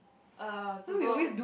uh to go